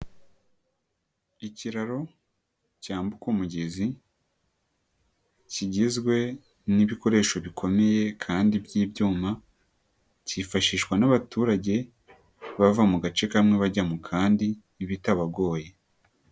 Ikiraro cyambuka umugezi kigizwe n'ibikoresho bikomeye kandi by'ibyuma kifashishwa n'abaturage bava mu gace kamwe bajya mu kandi ibitabagoye.